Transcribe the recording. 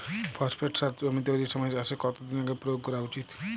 Phosphate সার জমি তৈরির সময় চাষের কত দিন আগে প্রয়োগ করা উচিৎ?